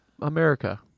America